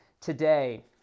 today